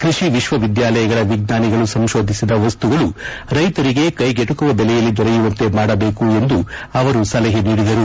ಕೃಷಿ ವಿಶ್ವ ವಿದ್ಯಾಲಯಗಳ ವಿಜ್ಞಾನಿಗಳು ಸಂಶೋಧಿಸಿದ ವಸ್ತುಗಳು ರೈತರಿಗೆ ಕೈಗೆಟುಕುವ ಬೆಲೆಯಲ್ಲಿ ದೊರೆಯುವಂತೆ ಮಾಡಬೇಕು ಎಂದು ಅವರು ಸಲಹೆ ನೀಡಿದರು